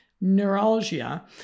neuralgia